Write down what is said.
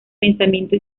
pensamiento